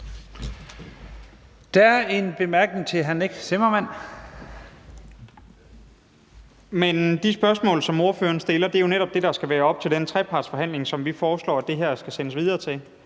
Zimmermann. Kl. 20:26 Nick Zimmermann (DF): Men de spørgsmål, som ordføreren stiller, er jo netop det, der skal være op til den trepartsforhandling, som vi foreslår det her skal sendes videre til;